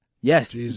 Yes